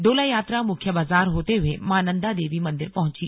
डोलायात्रा मुख्य बाजार होते हुए मां नंदा देवी मंदिर पहुंची